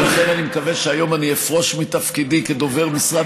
ולכן אני מקווה שהיום אני אפרוש מתפקידי כדובר משרד